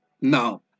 No